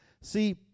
See